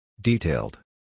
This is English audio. Detailed